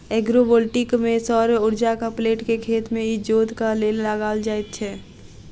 agrovoltaic मे सौर उर्जाक प्लेट के खेत मे इजोतक लेल लगाओल जाइत छै